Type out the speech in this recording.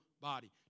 body